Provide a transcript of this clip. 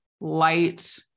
light